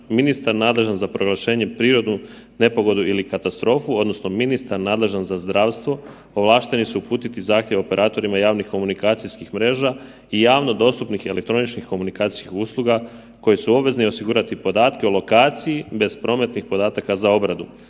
ministar nadležan za proglašenje prirodnu nepogodu ili katastrofu odnosno ministar nadležan za zdravstvo ovlašteni su uputiti zahtjev operatorima javnih komunikacijskih mreža i javno dostupnih elektroničkih komunikacijskih usluga koji su obvezni osigurati podatke o lokaciji bez prometnih podataka za obradu.